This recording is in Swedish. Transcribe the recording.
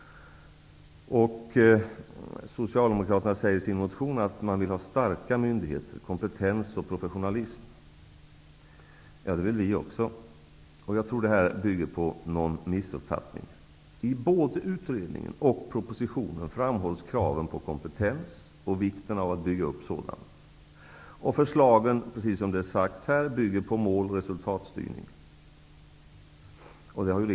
Socialdemokraterna säger i sin motion att de vill ha starka myndigheter med kompetens och professionalism. Ja, det vill också vi. Jag tror att detta bygger på en missuppfattning. Både i utredningen och i propositionen framhålls kraven på kompetens och vikten av att bygga upp en sådan. Förslagen bygger på mål och resultatstyrning, precis som det sagts här.